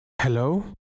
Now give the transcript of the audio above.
Hello